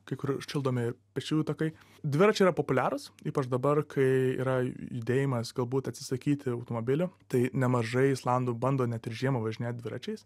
kai kur šildomi pėsčiųjų takai dviračiai yra populiarūs ypač dabar kai yra judėjimas galbūt atsisakyti automobilių tai nemažai islandų bando net ir žiemą važinėt dviračiais